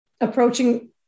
approaching